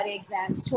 exams